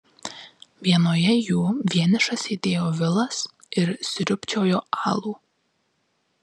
vienoje jų vienišas sėdėjo vilas ir sriubčiojo alų